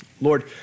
Lord